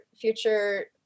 future